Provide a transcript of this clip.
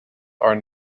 are